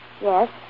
Yes